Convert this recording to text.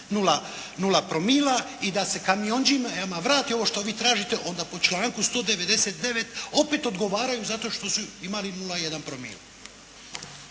0,0 promila i da se kamijondžijama vrati ovo što vi tražite onda po članku 199. opet odgovaraju zato što su imali 0,1 promil.